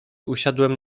usiadłem